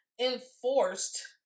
Enforced